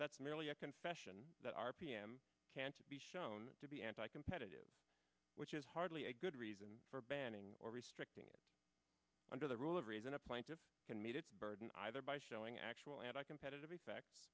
that's merely a concession that r p m can't be shown to be anti competitive which is hardly a good reason for banning or restricting it under the rule of reason a plaintiff can meet its burden either by showing actual anti competitive effects